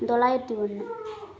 தொள்ளாயிரத்தி ஒன்று